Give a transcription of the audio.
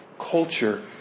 culture